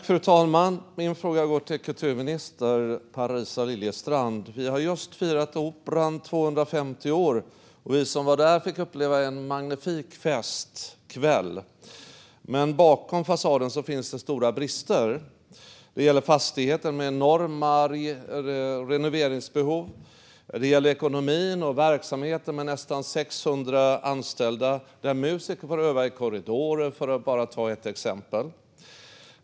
Fru talman! Min fråga går till kulturminister Parisa Liljestrand. Operan har just firat 250 år, och vi som var där fick uppleva en magnifik festkväll. Men bakom fasaden finns stora brister. Det gäller fastigheten som har enorma renoveringsbehov, och det gäller ekonomin och verksamheten, som har nästan 600 anställda men där musiker får öva i korridoren, för att bara ta ett exempel.